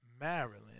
Maryland